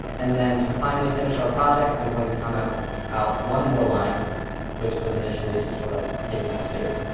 and then to finally finish our project, i'm going to count out out one more line which was initially just sort of taking up space,